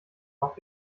auf